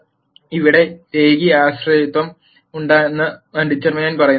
അതിനാൽ ഇവിടെ രേഖീയ ആശ്രയത്വം ഉണ്ടെന്നും ഡിറ്റർമിനന്റ് പറയുന്നു